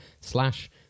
slash